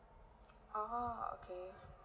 oh okay